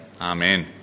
Amen